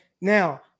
Now